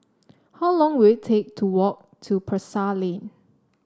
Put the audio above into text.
how long will it take to walk to Pasar Lane